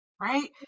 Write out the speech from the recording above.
right